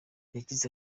yagize